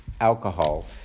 alcohol